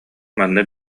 манна